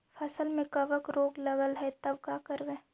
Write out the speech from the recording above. फसल में कबक रोग लगल है तब का करबै